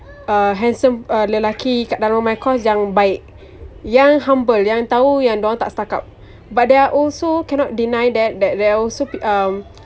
uh handsome uh lelaki kat dalam my course yang baik yang humble yang tahu yang dia orang tak stuck up but there are also cannot deny that that there are also um